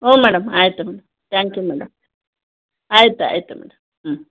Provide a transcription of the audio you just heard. ಹ್ಞೂ ಮೇಡಮ್ ಆಯಿತು madam thank you madam ಆಯ್ತು ಆಯಿತು ಮೇಡಮ್ ಹ್ಞೂ